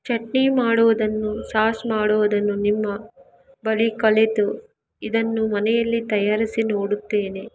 ಚಟ್ನಿ ಮಾಡುವುದನ್ನು ಸಾಸ್ ಮಾಡುವುದನ್ನು ನಿಮ್ಮ ಬಳಿ ಕಲಿತು ಇದನ್ನು ಮನೆಯಲ್ಲಿ ತಯಾರಿಸಿ ನೋಡುತ್ತೇನೆ